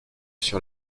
sur